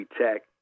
Tech